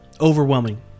overwhelming